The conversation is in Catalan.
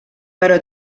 però